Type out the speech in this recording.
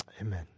amen